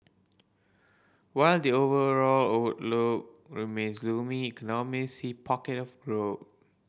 while the overall outlook remains gloomy economist see pocket of growth